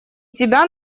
тебя